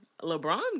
LeBron